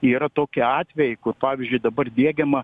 yra tokie atvejai kur pavyzdžiui dabar diegiama